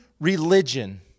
religion